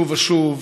שוב ושוב,